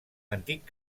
antic